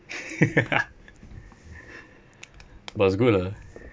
but it's good lah